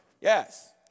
Yes